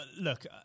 look